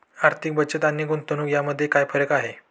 आर्थिक बचत आणि गुंतवणूक यामध्ये काय फरक आहे?